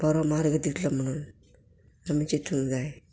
बरो मार्ग दितलो म्हणून आमी चितूंक जाय